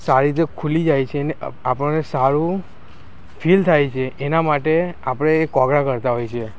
સારી રીતે ખૂલી જાય છે અને અ આપણને સારું ફીલ થાય છે એના માટે આપણે કોગડા કરતા હોય છે